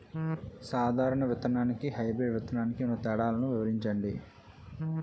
సాధారణ విత్తననికి, హైబ్రిడ్ విత్తనానికి ఉన్న తేడాలను వివరించండి?